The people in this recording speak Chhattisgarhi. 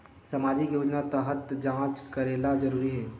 सामजिक योजना तहत जांच करेला जरूरी हे